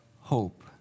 hope